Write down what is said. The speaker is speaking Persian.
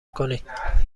کنید